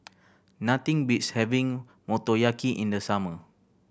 nothing beats having Motoyaki in the summer